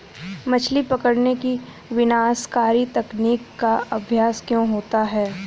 मछली पकड़ने की विनाशकारी तकनीक का अभ्यास क्यों होता है?